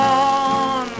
on